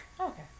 okay